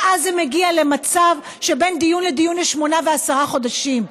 ואז זה מגיע למצב שבין דיון לדיון יש שמונה ועשרה חודשים.